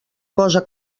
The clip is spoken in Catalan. cosa